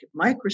Microsoft